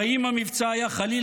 הרי אם המבצע היה נכשל,